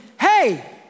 hey